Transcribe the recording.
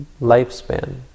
lifespan